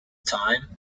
time